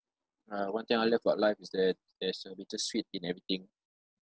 uh one thing I love about life is that there's uh bittersweet in everything